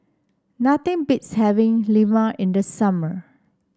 nothing beats having Lemang in the summer